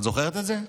את זוכרת את זה?